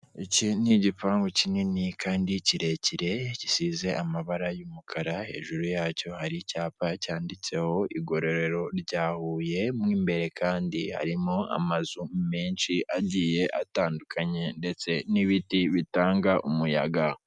Iki ni igipangu kinini kandi kirekire, gisize amabara y'umukara, hajuru yacyo hari icyapa cyanditseho Igororero rya Huye, mo imbere kandi harimo amazu menshi agiye adangukanye ndetse n'ibiti bitanga umuyaga.